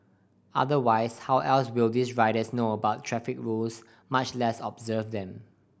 otherwise how else will these riders know about traffic rules much less observe them